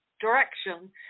direction